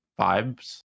Vibes